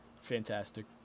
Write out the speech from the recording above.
Fantastic